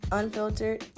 unfiltered